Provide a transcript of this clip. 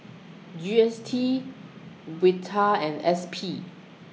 G S T Vital and S P